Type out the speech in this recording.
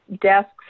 desks